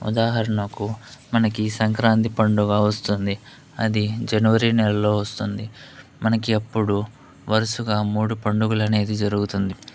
ఉదాహరణకు మనకి సంక్రాంతి పండుగ వస్తుంది అది జనవరి నెలలో వస్తుంది మనకి అప్పుడు వరుసగా మూడు పండుగలు అనేది జరుగుతుంది